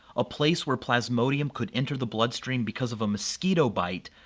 a place where plasmodium could enter the blood stream because of a mosquito bite,